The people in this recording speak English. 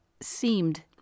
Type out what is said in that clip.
seemed